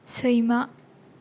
सैमा